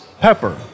pepper